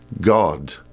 God